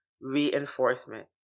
reinforcement